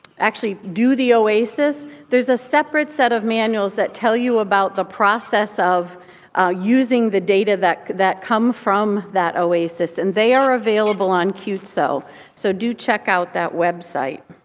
actually do the oasis, there's a separate set of manuals that tell you about the process of using the data that that come from that oasis. and they are available on qtso. so do check out that website.